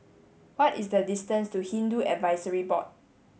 what is the distance to Hindu Advisory Board